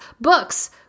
Books